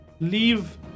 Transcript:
Leave